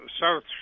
south